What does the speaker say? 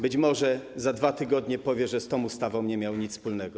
Być może za 2 tygodnie powie, że z tą ustawą nie miał nic wspólnego.